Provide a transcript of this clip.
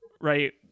right